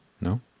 No